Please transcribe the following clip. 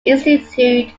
institute